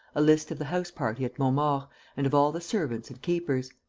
a list of the house-party at montmaur and of all the servants and keepers.